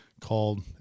called